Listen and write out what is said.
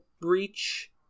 breach